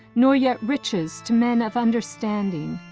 nor yet riches to men of understanding,